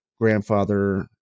grandfather